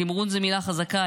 תמרון זו מילה חזקה,